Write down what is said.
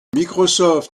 microsoft